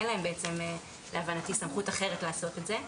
להבנתי אין להם בעצם סמכות אחרת לעשות את זה.